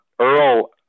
Earl